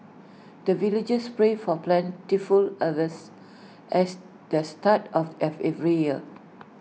the villagers pray for plentiful harvest as the start of every year